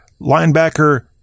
linebacker